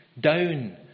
down